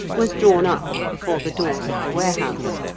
was drawn up before the doors of the warehouse.